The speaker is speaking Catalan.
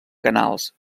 canals